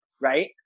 right